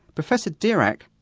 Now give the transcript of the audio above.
professor dirac,